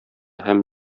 һәм